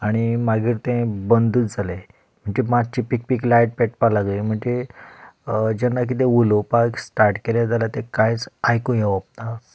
आनी मागीर तें बदूंच जालें म्हणजे मातशी पीक पीक लायट पेटपाक लागली म्हणचें जेन्ना कितें उलोवपाक स्टार्ट केलें जाल्यार तें कांयच आयकूंक येवप ना